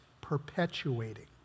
perpetuating